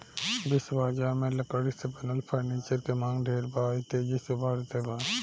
विश्व बजार में लकड़ी से बनल फर्नीचर के मांग ढेर बा आ इ तेजी से बढ़ते बा